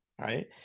right